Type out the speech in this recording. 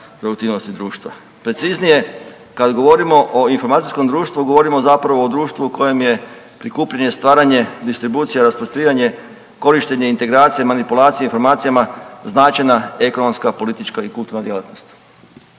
produktivnosti društva. Preciznije, kad govorimo o informacijskom društvu govorimo zapravo o društvu u kojem prikupljanje, stvaranje, distribucija, …/nerazumljivo/… korištenje integracija manipulacije informacijama značajna ekonomska, politička i kulturna djelatnost.